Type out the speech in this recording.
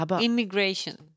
immigration